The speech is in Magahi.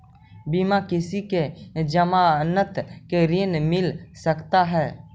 बिना किसी के ज़मानत के ऋण मिल सकता है?